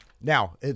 Now